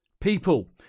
People